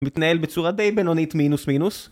מתנהל בצורה די בנונית מינוס מינוס